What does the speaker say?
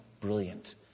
brilliant